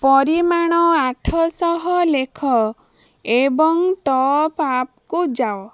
ପରିମାଣ ଆଠଶହ ଲେଖ ଏବଂ ଟପ୍ ଆପ୍କୁ ଯାଅ